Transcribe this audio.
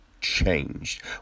changed